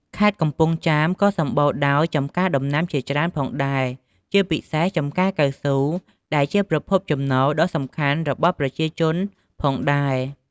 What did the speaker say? ខេត្តកំពង់ចាមក៏សម្បូរដោយចំការដំណាំជាច្រើនផងដែរ ជាពិសេសចំការកៅស៊ូ ដែលជាប្រភពចំណូលដ៏សំខាន់របស់ប្រជាជនផងដែរ។